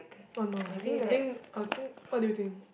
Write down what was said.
oh no ah I think I think I think what do you think